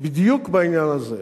בדיוק בעניין הזה: